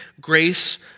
grace